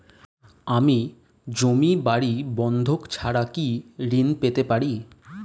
আমি জমি বাড়ি বন্ধক ছাড়া কি ঋণ পেতে পারি?